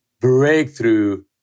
breakthrough